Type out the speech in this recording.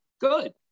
good